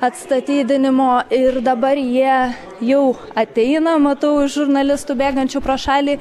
atstatydinimo ir dabar jie jau ateina matau iš žurnalistų bėgančių pro šalį